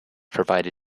provide